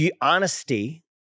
honesty